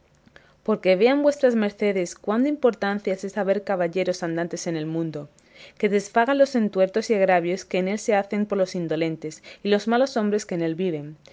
porque vean vuestras mercedes cuán de importancia es haber caballeros andantes en el mundo que desfagan los tuertos y agravios que en él se hacen por los insolentes y malos hombres que en él viven